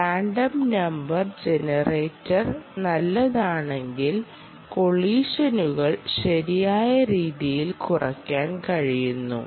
random number generator നല്ലതാണെങ്കിൽ കൊളിഷനുകൾ ശരിയായ രീതിയിൽ കുറയ്ക്കാൻ കഴിയുന്നു